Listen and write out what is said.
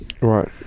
Right